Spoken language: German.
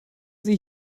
sie